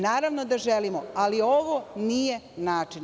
Naravno da želimo, ali ovo nije način.